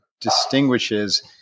distinguishes